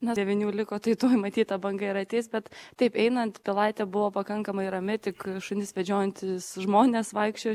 nuo devynių liko tai toji matyta banga ir ateis bet taip einant pilaitė buvo pakankamai rami tik šunis vedžiojantys žmonės vaikščiojo